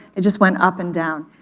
it just went up and down.